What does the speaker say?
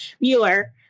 Mueller